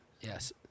Yes